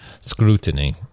scrutiny